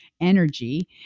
energy